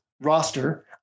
roster